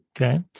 Okay